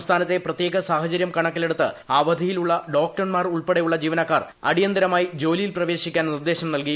സംസ്ഥാനത്തെ പ്രത്യേക സാഹചര്യം കണക്കിലെടുത്ത് അവധിയിലുള്ള ഡോക്ടർമാർ ഉൾപ്പെടെ യുള്ള ജീവനക്കാർ അടിയന്തരമായി ജോലിയിൽ പ്രവേശിക്കാൻ നിർദ്ദേശം നൽകി